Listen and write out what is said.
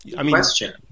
Question